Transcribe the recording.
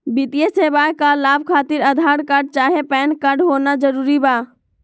वित्तीय सेवाएं का लाभ खातिर आधार कार्ड चाहे पैन कार्ड होना जरूरी बा?